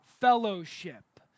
fellowship